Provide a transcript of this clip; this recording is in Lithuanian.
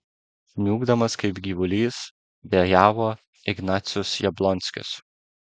niūkdamas kaip gyvulys dejavo ignacius jablonskis